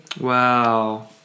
Wow